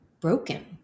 broken